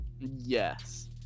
yes